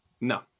No